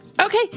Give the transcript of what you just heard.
Okay